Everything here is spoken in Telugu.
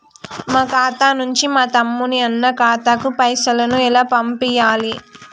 మా ఖాతా నుంచి మా తమ్ముని, అన్న ఖాతాకు పైసలను ఎలా పంపియ్యాలి?